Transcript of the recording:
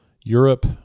Europe